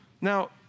Now